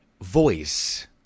voice